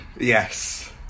yes